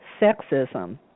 Sexism